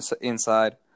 inside